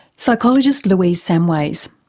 psychologist louise samways.